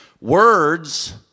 Words